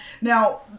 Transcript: Now